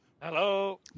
Hello